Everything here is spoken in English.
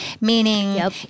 Meaning